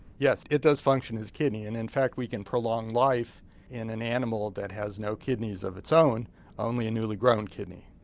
yes it does function as kidney and in fact we can prolong life in an animal that has no kidneys of its own only a newly grown kidney.